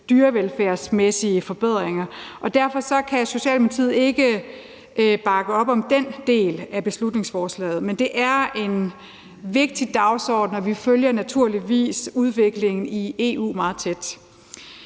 dyrevelfærdsmæssige forbedringer, og derfor kan Socialdemokratiet ikke bakke op om den del af beslutningsforslaget. Men det er en vigtig dagsorden, og vi følger naturligvis udviklingen i EU meget tæt.